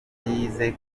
yize